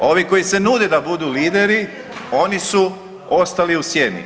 Ovi koji se nude da budu lideri oni su ostali u sjeni.